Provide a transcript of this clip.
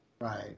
right